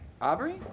Aubrey